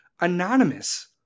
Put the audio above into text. Anonymous